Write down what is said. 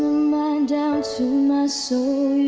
mind, down to my soul